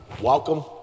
welcome